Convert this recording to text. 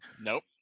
Nope